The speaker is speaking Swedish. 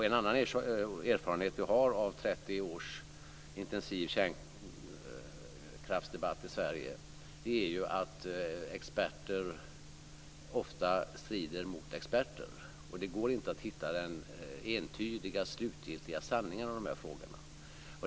En annan erfarenhet som vi har av 30 års intensiv kärnkraftsdebatt i Sverige är att experter ofta strider mot experter. Det går inte att hitta den entydiga, slutgiltiga sanningen i de här frågorna.